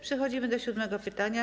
Przechodzimy do siódmego pytania.